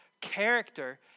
Character